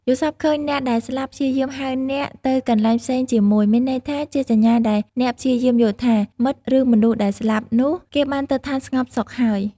យល់សប្តិឃើញ អ្នកដែលស្លាប់ព្យាយាមហៅអ្នកទៅកន្លែងផ្សេងជាមួយ មានន័យថា ជាសញ្ញាដែល អ្នកព្យាយាមយល់ថា មិត្តឬមនុស្សដែលស្លាប់នោះ គេបានទៅឋានស្ងប់សុខហើយ ។